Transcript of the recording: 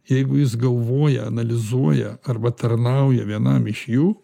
jeigu jis galvoja analizuoja arba tarnauja vienam iš jų